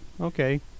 Okay